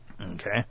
Okay